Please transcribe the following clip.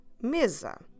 mesa